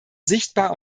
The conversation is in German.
sichtbar